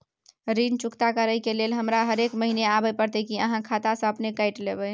ऋण चुकता करै के लेल हमरा हरेक महीने आबै परतै कि आहाँ खाता स अपने काटि लेबै?